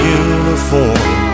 uniform